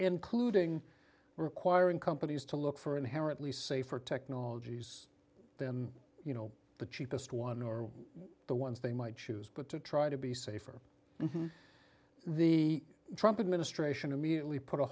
including requiring companies to look for inherently safer technologies then you know the cheapest one or the ones they might choose but to try to be safer and the trumpet ministration immediately put a